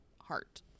heart